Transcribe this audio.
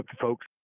folks